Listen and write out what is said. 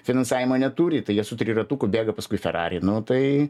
finansavimo neturi tai jie su triratuku bėga paskui ferarį nu tai